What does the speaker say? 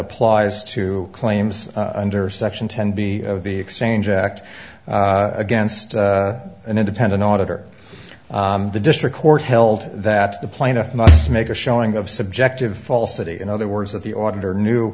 applies to claims under section ten b of the exchange act against an independent auditor the district court held that the plaintiff must make a showing of subjective falsity in other words that the auditor knew